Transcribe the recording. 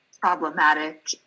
problematic